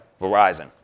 Verizon